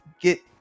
get